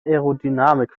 aerodynamik